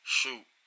Shoot